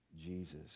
Jesus